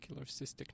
cystic